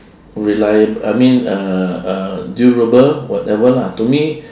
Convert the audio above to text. reliable I mean uh uh durable whatever lah to me